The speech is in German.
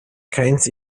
keines